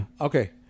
Okay